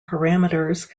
parameters